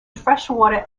freshwater